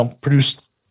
produced